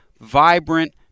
vibrant